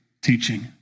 teaching